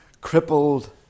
crippled